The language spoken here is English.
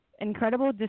incredible